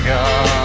God